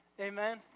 Amen